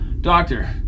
Doctor